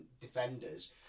defenders